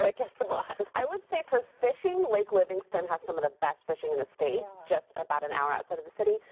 like and i would say for fishing, lake livingston has some of the best fishing in the state. just about an hour outside of the city.